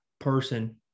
person